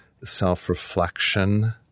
Self-reflection